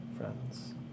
friends